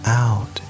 out